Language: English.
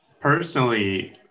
Personally